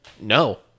no